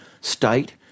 state